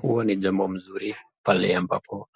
Huo ni jambo mzuri. Pale ambapo